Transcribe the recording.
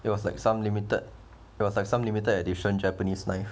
it was like some limited it was like some limited edition japanese knife